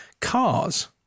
Cars